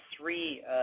three